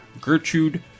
Gertrude